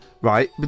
right